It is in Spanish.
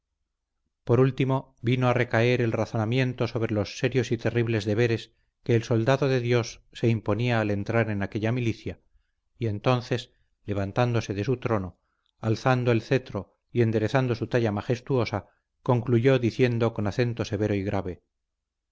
por último vino a recaer el razonamiento sobre los serios y terribles deberes que el soldado de dios se imponía al entrar en aquella milicia y entonces levantándose de su trono alzando el cetro y enderezando su talla majestuosa concluyó diciendo con acento severo y grave